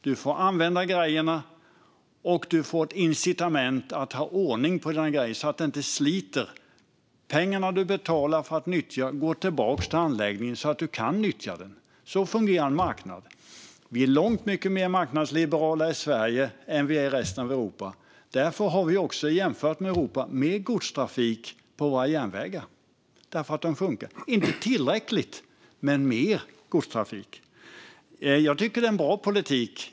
Du får använda grejerna, och du får incitament att ha ordning på dina grejer så att de inte sliter på systemet. Pengarna du betalar för att nyttja anläggningen går tillbaka till anläggningen, så att du kan nyttja den. Så fungerar en marknad. Vi är långt mycket mer marknadsliberala i Sverige än man är i resten av Europa. Därför har vi jämfört med resten av Europa mer godstrafik på våra järnvägar. De funkar nämligen. Vi har inte tillräckligt med godstrafik men mer. Jag tycker att det är en bra politik.